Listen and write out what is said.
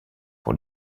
pour